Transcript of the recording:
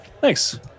thanks